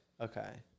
Okay